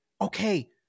okay